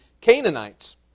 Canaanites